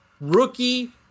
rookie